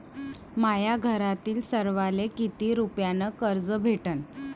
माह्या घरातील सर्वाले किती रुप्यान कर्ज भेटन?